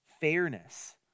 fairness